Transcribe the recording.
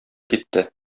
китте